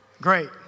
Great